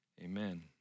Amen